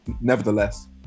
nevertheless